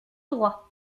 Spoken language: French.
droit